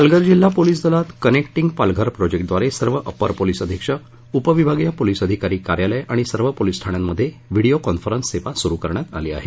पालघर जिल्हा पोलीस दलात कनेक्टिंग पालघर प्रोजेक्टव्वारे सर्व अपर पोलीस अधीक्षक उप विभागीय पोलीस अधिकारी कार्यालय आणि सर्व पोलीस ठाण्यांमध्ये व्हिडीओ कॉन्फरन्स सेवा चालू करण्यात आलेली आहे